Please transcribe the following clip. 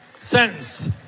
sentence